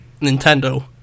nintendo